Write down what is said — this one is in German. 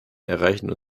erreichen